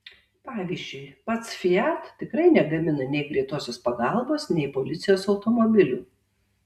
pavyzdžiui pats fiat tikrai negamina nei greitosios pagalbos nei policijos automobilių